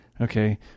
Okay